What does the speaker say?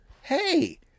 Hey